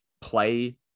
play